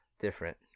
different